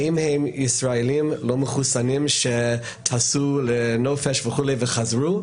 האם הם ישראלים לא מחוסנים שטסו לנופש וחזרו,